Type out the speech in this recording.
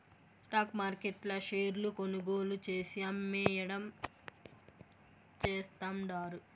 stock మార్కెట్ల షేర్లు కొనుగోలు చేసి, అమ్మేయడం చేస్తండారు